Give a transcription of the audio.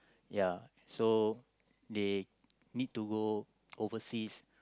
ya so they need to go overseas